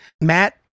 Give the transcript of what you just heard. Matt